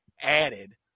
added